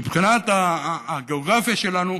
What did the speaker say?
מבחינת הגיאוגרפיה שלנו,